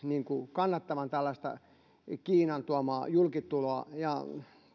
kannattavan tällaista kiinan tuomaa julkituloa ja